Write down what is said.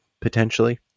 potentially